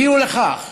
הביא לכך